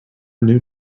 new